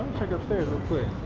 check upstairs real quick